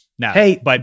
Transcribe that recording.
Hey